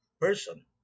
person